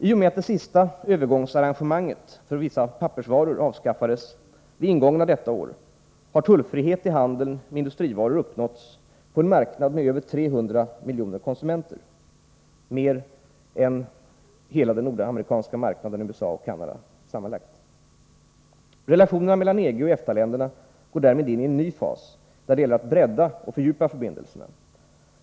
I och med att det sista övergångsarrangemanget för vissa pappersvaror avskaffades vid ingången av detta år har tullfrihet i handeln med industrivaror uppnåtts på en marknad med över 300 miljoner konsumenter — sammanlagt mer än hela den nordamerikanska marknaden med USA och Canada. Relationerna mellan EG och EFTA-länderna går därmed ini en ny fas där det gäller att bredda och fördjupa förbindelserna.